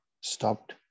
stopped